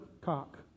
Cock